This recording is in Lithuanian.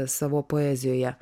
savo poezijoje